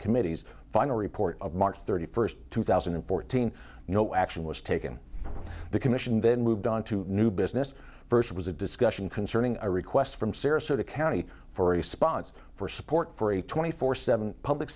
committee's final report of march thirty first two thousand and fourteen no action was taken the commission then moved on to new business first was a discussion concerning a request from sarasota county for response for support for a twenty four seven public